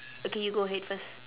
okay you go ahead first